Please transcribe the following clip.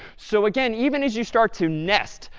so again, even as you start to nest,